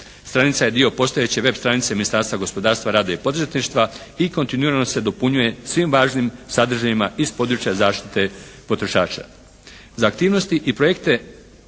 Stranica je dio postojeće web. stranice Ministarstva gospodarstva, rada i poduzetništva i kontinuirano se dopunjuje svim važnim sadržajima iz područja zaštite potrošača. Za aktivnosti i projekte